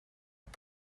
are